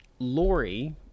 Lori